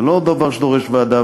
זה לא דבר שדורש ועדה,